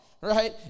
right